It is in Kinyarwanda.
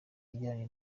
ijyanye